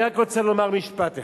אני רק רוצה לומר משפט אחד,